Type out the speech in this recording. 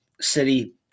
city